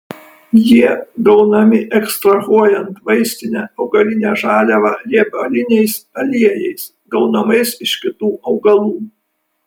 jie gaunami ekstrahuojant vaistinę augalinę žaliavą riebaliniais aliejais gaunamais iš kitų augalų